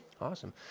Awesome